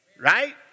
right